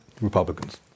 Republicans